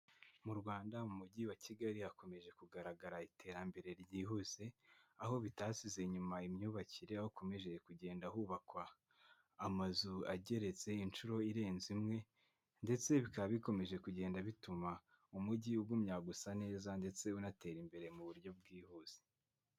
Mu Rwanda mu mujyi wa Kigali, hakomeje kugaragara iterambere ryihuse. Aho bitasize nyuma imyubakire, aho hakomeje kugenda hubakwa amazu ageretse inshuro irenze imwe, ndetse bikaba bikomeje kugenda bituma umujyi ugumya gusa neza ndetse unatera imbere mu buryo bwihuse.